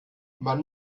man